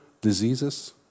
diseases